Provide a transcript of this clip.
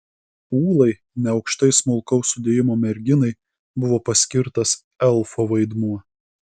ūlai neaukštai smulkaus sudėjimo merginai buvo paskirtas elfo vaidmuo